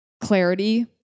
clarity